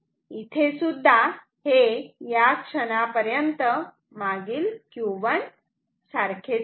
इथेसुद्धा हे या क्षणापर्यंत मागील Q1 इतकेच आहे